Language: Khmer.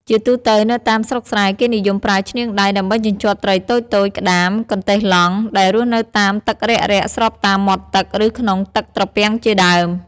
ជាទូទៅនៅតាមស្រុកស្រែ គេនិយមប្រើឈ្នាងដៃ ដើម្បីជញ្ជាត់ត្រីតូចៗ ក្ដាម កន្តេះឡង់ ដែលរស់នៅតាមទឹករាក់ៗប្របតាមមាត់ទឹក ឬក្នុងទឹកត្រពាំងជាដើម។